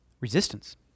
Resistance